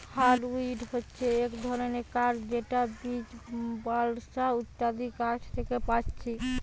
hardwood হচ্ছে এক ধরণের কাঠ যেটা বীচ, বালসা ইত্যাদি গাছ থিকে পাচ্ছি